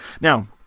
Now